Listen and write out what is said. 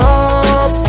up